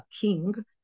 king